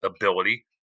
ability